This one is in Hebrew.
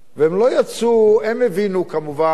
והם לא יצאו, הם הבינו כמובן